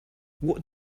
what